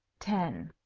ten.